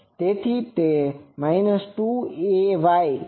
તેથી તે છે